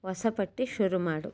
ಹೊಸ ಪಟ್ಟಿ ಶುರು ಮಾಡು